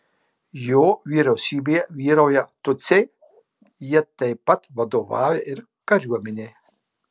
jo vyriausybėje vyrauja tutsiai jie taip pat vadovauja ir kariuomenei